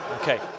Okay